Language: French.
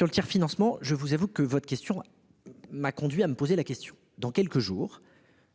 le tiers financement, je vous avoue que je m'interroge. Dans quelques jours,